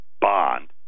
bond